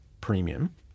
premium